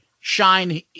shine